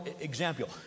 example